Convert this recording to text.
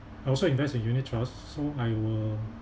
I also invest in unit trust so I will